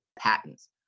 patents